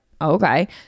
okay